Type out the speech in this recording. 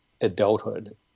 adulthood